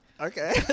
Okay